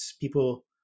people